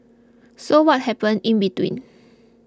so what happened in between